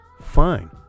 fine